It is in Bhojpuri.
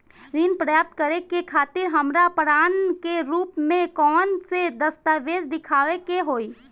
ऋण प्राप्त करे के खातिर हमरा प्रमाण के रूप में कउन से दस्तावेज़ दिखावे के होइ?